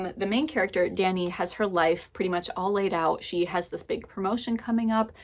um the main character, dannie, has her life pretty much all laid out. she has this big promotion coming up,